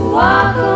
walk